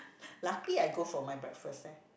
lucky I go for my breakfast eh